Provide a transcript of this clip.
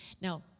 Now